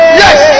yes